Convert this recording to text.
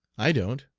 i don't.